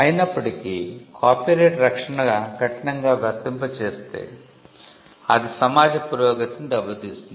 అయినప్పటికీ కాపీరైట్ రక్షణ కఠినంగా వర్తింపజేస్తే అది సమాజ పురోగతిని దెబ్బతీస్తుంది